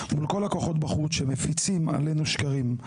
מול כל הכוחות בחוץ שמפיצים עלינו שקרים,